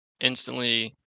Instantly